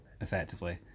Effectively